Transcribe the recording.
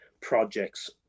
projects